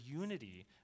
unity